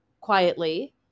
quietly